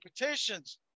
petitions